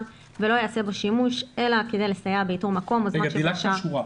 ולא ייעשה בו שימוש אלא כדי לסייע באיתור מקום בזמן שבו שהה החולה